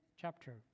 chapter